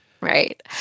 Right